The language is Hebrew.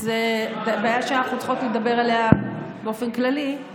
זו בעיה שאנחנו צריכות לדבר עליה באופן כללי,